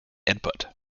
input